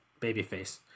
babyface